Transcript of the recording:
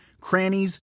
crannies